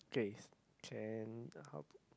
okay can how to